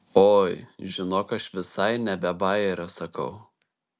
oi žinok aš visai ne be bajerio sakau